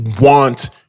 want